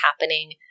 happening